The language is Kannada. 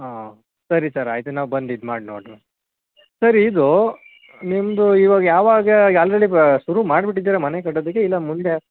ಹಾಂ ಸರಿ ಸರ್ ಆಯಿತು ನಾವು ಬಂದು ಇದು ಮಾಡಿ ನೋಡಣ ಸರ್ ಇದು ನಿಮ್ಮದು ಇವಗ ಯಾವಾಗ ಈಗ ಆಲ್ರೆಡಿ ಶುರು ಮಾಡ್ಬಿಟ್ಟಿದೀರ ಮನೆ ಕಟ್ಟೋದಿಕ್ಕೆ ಇಲ್ಲ ಮುಂದೆ